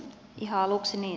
ihan aluksi